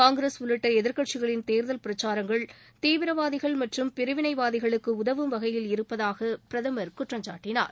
காங்கிரஸ் உள்ளிட்ட எதிர்கட்சிகளின் தேர்தல் பிரச்சாரங்கள் தீவிரவாதிகள் மற்றும் பிரிவினைவாதிகளுக்கு உதவும் வகையில் இருப்பதாக பிரதமர் குற்றம் சாட்டினார்